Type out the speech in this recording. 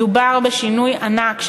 מדובר בשינוי ענק,